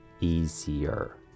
easier